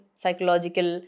psychological